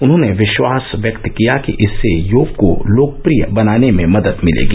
उन्होंने विश्वास व्यक्त किया कि इससे योग को लोकप्रिय बनाने में मदद मिलेगी